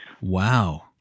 Wow